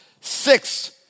Six